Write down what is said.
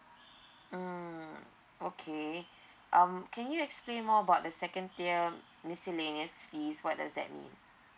mm okay um can you explain more about the second tier miscellaneous fees what does that mean